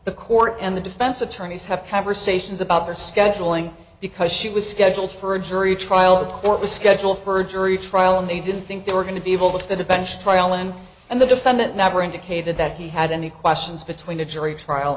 the court and the defense attorneys have conversations about their scheduling because she was scheduled for a jury trial the court was schedule for a jury trial and they didn't think they were going to be able to put a bench trial in and the defendant never indicated that he had any questions between a jury trial